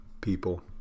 people